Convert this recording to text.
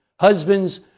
husbands